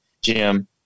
Jim